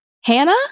Hannah